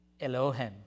Elohim